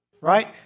right